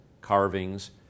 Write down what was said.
carvings